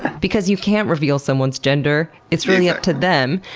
because you can't reveal someone's gender, it's really up to them.